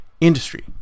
industry